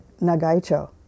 Nagaicho